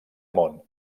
món